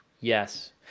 Yes